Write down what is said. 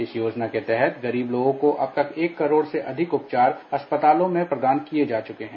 इस योजना के तहत गरीब लोगों को अब तक एक करोड़ से अधिक उपचार अस्पतालों में प्रदान किए जा चुके हैं